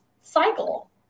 cycle